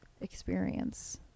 experience